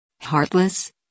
Heartless